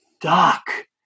Doc